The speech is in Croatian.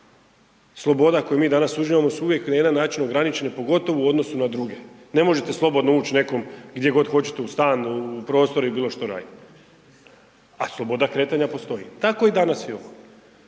sloboda koje mi danas uživamo su na jedan način ograničene, pogotovo u odnosu na druge. Ne možete slobodno ući nekom gdje god hoćete u stan u prostor i bilo što raditi, a sloboda kretanja postoji. Tako i danas imamo.